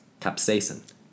Capsaicin